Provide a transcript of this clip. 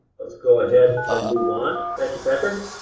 let's go ahead and move on. thank you patrick.